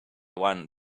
one